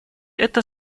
это